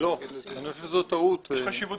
באיזה שיעור